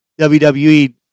WWE